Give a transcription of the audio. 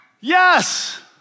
Yes